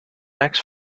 next